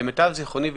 למיטב זיכרוני וידיעתי,